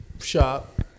shop